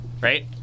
right